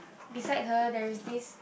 beside her there is this